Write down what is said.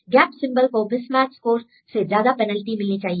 gap symbol को mismatch score से ज्यादा पेनल्टी मिलनी चाहिए